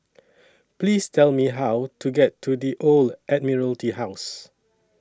Please Tell Me How to get to The Old Admiralty House